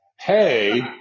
hey